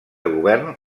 govern